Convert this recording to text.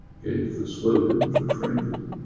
gave the slogan for franklin,